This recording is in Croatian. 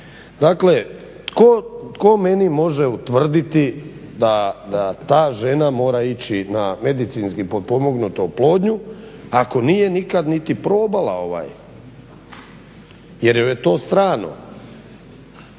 Dakle tko meni može utvrditi da ta žena mora ići na medicinski potpomognutu oplodnju ako nije nikad niti probala jer joj je to strano.